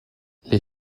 les